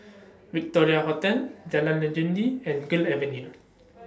Victoria Hotel Jalan Legundi and Gul Avenue